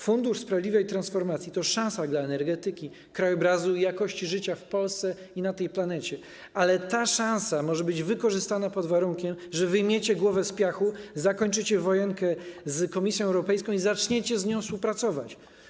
Fundusz Sprawiedliwej Transformacji to szansa dla energetyki, krajobrazu i jakości życia w Polsce i na tej planecie, ale ta szansa może być wykorzystana pod warunkiem, że wyjmiecie głowę z piachu, zakończycie wojenkę z Komisją Europejską i zaczniecie z nią współpracować.